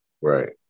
Right